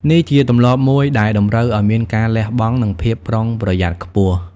នេះជាទម្លាប់មួយដែលតម្រូវឲ្យមានការលះបង់ និងភាពប្រុងប្រយ័ត្នខ្ពស់។